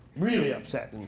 really upset.